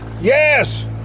Yes